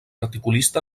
articulista